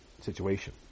situation